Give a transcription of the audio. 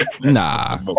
Nah